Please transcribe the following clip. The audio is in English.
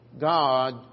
God